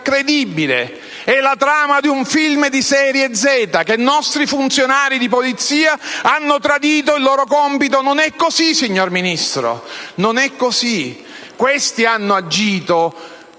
credibile. È la trama di un film di serie zeta che nostri funzionari di polizia abbiano tradito il loro compito. Non è così, signor Ministro: essi hanno agito